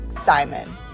Simon